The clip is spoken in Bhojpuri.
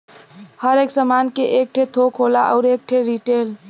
हर एक सामान के एक ठे थोक होला अउर एक ठे रीटेल